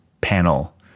panel